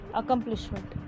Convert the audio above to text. accomplishment